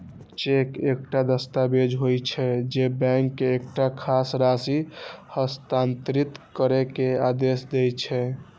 cheque एकटा दस्तावेज होइ छै, जे बैंक के एकटा खास राशि हस्तांतरित करै के आदेश दै छै